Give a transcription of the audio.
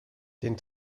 den